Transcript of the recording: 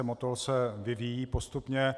Motol se vyvíjí postupně.